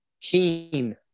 keen